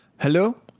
Hello